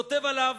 כותב עליו